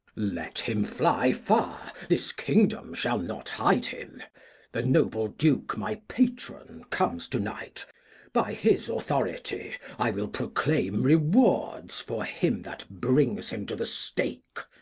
let him fly far, this kingdom shall not hide him the noble duke, my patron comes to night by his authority i will proclaim rewards for him that brings him to the stake,